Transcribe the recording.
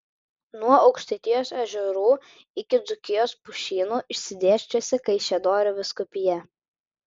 nuo aukštaitijos ežerų iki dzūkijos pušynų išsidėsčiusi kaišiadorių vyskupija